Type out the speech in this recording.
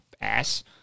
ass